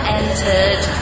entered